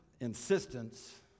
insistence